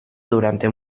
durante